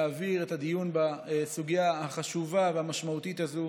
להעביר את הדיון בסוגיה החשובה והמשמעותית הזאת